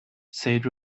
said